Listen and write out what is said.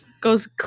goes